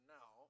now